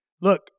look